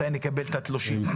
מתי נקבל את התלושים?